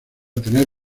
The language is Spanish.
tener